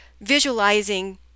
visualizing